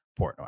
Portnoy